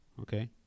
okay